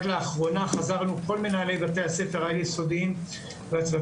רק לאחרונה חזרנו כל מנהלי בתי הספר העל-יסודיים והצוותים